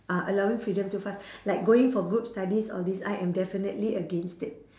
uh allowing freedom too fast like going for group studies all these I am definitely against it